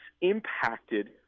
impacted